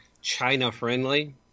China-friendly